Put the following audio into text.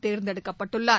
தேர்ந்தெடுக்கப்பட்டுள்ளார்